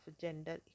gender